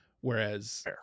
Whereas